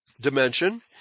dimension